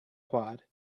quad